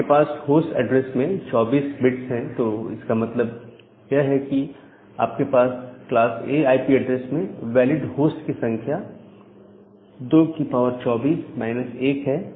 जब आपके पास होस्ट एड्रेस में 24 बिट्स है तो इसका मतलब यह है कि आपके पास क्लास A आईपी एड्रेस में वैलिड होस्ट की संख्या 224 1 है